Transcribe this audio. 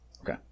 Okay